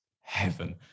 heaven